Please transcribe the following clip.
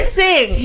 sing